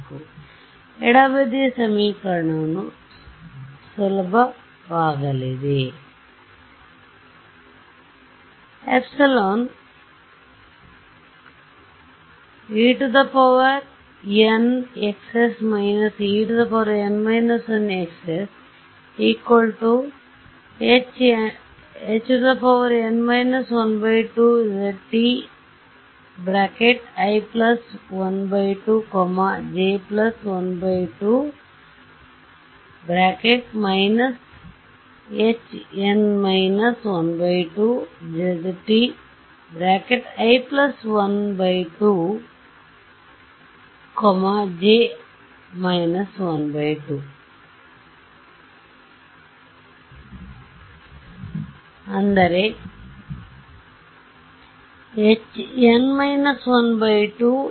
ಆದ್ದರಿಂದ ಎಡಬದಿಯ ಸಮೀಕರಣ ಸುಲಭವಾಗಲಿದೆ